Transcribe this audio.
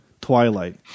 Twilight